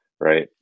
Right